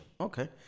Okay